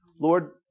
Lord